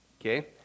Okay